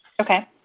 Okay